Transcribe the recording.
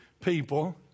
people